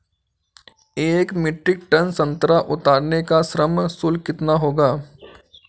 एक metric ton संतरा उतारने का श्रम शुल्क कितना होगा?